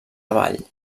avall